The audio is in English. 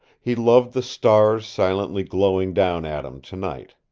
he loved the stars silently glowing down at him tonight.